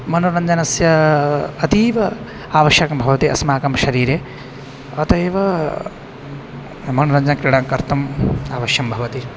मनोरञ्जनस्य अतीव आवश्यकता भवति अस्माकं शरीरे अतः एव मनोरञ्जनक्रीडा कर्तुम् आवश्यकं भवति